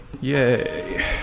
Yay